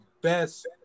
best